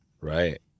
Right